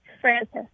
Frances